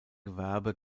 gewerbe